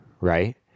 Right